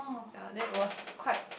ya then it was quite